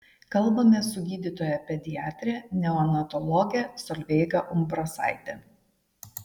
kalbamės su gydytoja pediatre neonatologe solveiga umbrasaite